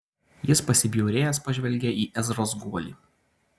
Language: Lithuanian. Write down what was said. jis pasibjaurėjęs pažvelgė į ezros guolį